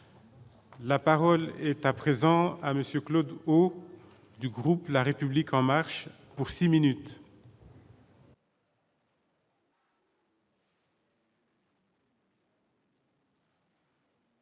La parole est à présent à monsieur Claude ou du groupe, la République en marche pour 6 minutes.